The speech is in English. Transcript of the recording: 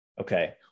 Okay